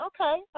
Okay